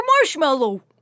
marshmallow